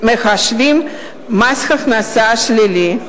שמחשבים מס הכנסה שלילי,